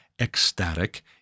ecstatic